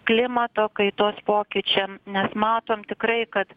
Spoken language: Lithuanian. klimato kaitos pokyčiam nes matom tikrai kad